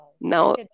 Now